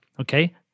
Okay